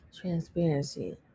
transparency